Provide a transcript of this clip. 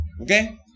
Okay